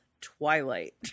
Twilight